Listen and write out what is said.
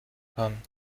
kann